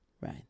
right